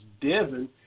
Devin